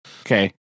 Okay